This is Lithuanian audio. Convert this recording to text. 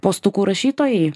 postukų rašytojai